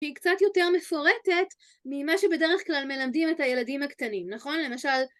‫שהיא קצת יותר מפורטת ‫ממה שבדרך כלל מלמדים ‫את הילדים הקטנים, נכון? ‫למשל...